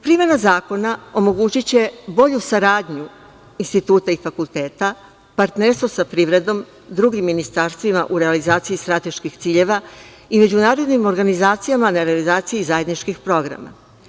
Primena zakona omogućiće bolju saradnju instituta i fakulteta, partnerstvo sa privrednom, drugim ministarstvima u realizaciji strateških ciljeva i međunarodnim organizacijama na realizaciji zajedničkih programa.